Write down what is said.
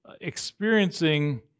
experiencing